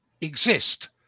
exist